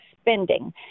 spending